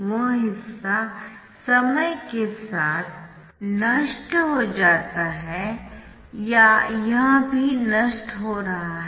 वह हिस्सा समय के साथ नष्ट हो जाता है या यह भी नष्ट हो रहा है